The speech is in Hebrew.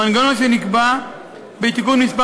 המנגנון שנקבע בתיקון מס'